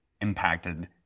impacted